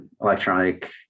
electronic